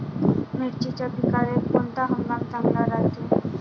मिर्चीच्या पिकाले कोनता हंगाम चांगला रायते?